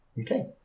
Okay